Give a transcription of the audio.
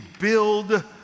build